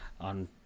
on